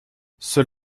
ceux